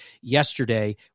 yesterday